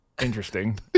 Interesting